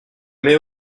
mets